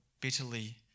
bitterly